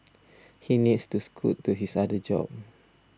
he needs to scoot to his other job